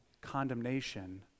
condemnation